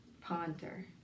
ponder